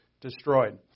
destroyed